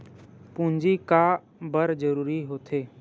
पूंजी का बार जरूरी हो थे?